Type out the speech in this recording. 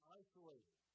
isolated